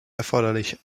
erforderlich